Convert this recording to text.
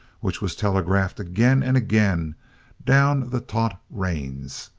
which was telegraphed again and again down the taut reins.